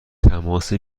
تماس